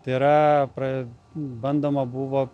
tai yra bandoma buvo